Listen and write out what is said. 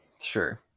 sure